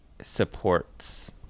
supports